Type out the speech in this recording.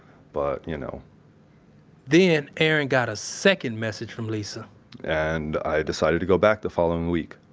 but, you know then, erin got a second message from lisa and i decided to go back the following week.